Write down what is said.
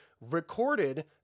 recorded